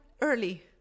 early